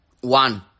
One